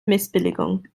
missbilligung